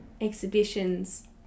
exhibitions